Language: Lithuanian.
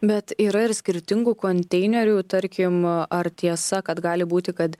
bet yra ir skirtingų konteinerių tarkim ar tiesa kad gali būti kad